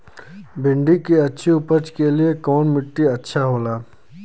भिंडी की अच्छी उपज के लिए कवन मिट्टी अच्छा होला?